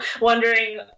wondering